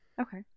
Okay